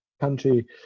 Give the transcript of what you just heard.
country